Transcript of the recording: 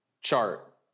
chart